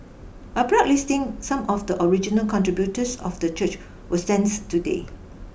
a plaque listing some of the original contributors of the church will stands today